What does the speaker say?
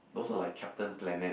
also like Captain Planet